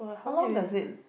how long does it